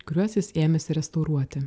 kuriuos jis ėmėsi restauruoti